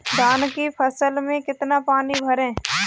धान की फसल में कितना पानी भरें?